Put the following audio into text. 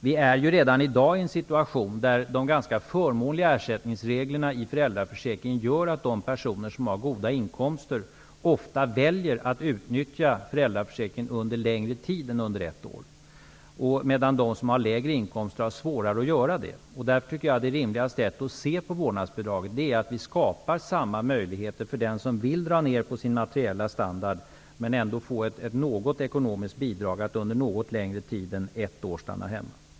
Vi är ju redan i dag i en situation där de ganska förmånliga ersättningsreglerna i föräldraförsäkringen gör att de personer som har goda inkomster ofta väljer att utnyttja föräldraförsäkringen under längre tid än ett år. De som har lägre inkomster har svårare att göra det. Det rimligaste sättet att se på vårdnadsbidraget är att vi skapar samma möjligheter för den som vill dra ner på sin materiella standard att stanna hemma något längre tid än ett år och ändå få ett ekonomiskt bidrag.